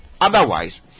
Otherwise